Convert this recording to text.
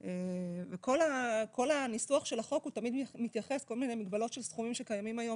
כל מיני מגבלות של סכומים שקיימים היום